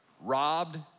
robbed